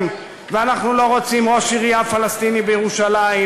ואנחנו לא רוצים ראש עירייה פלסטיני בירושלים,